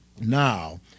Now